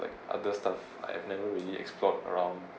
like other stuff I've never really explore around